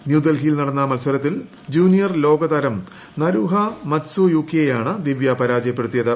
ന്യൂഡൽഹിയിൽ നടന്ന മത്സരത്തിൽ ജൂനിയർ ലോക താരം നരൂഹ മത്സുയുക്കിയെയാണ് ദിവൃ പരാജയപ്പെടുത്തിയത്